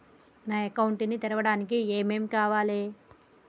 నా అకౌంట్ ని తెరవడానికి ఏం ఏం కావాలే?